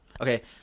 Okay